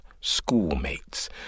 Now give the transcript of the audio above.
schoolmates